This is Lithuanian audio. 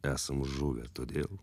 esam žuvę todėl